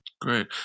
Great